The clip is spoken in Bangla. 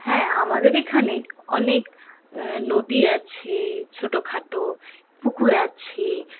হ্যাঁ আমাদের এখানে অনেক নদী আছে ছোটোখাটো পুকুর আছে